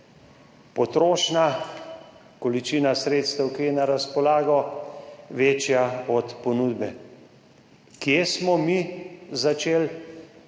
potrošnja, količina sredstev, ki je na razpolago, večja od ponudbe. Kje smo mi začeli?